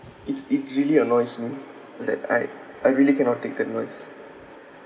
it it really annoys me like I I really cannot take that noise